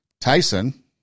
Tyson